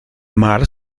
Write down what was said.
mar